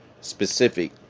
specific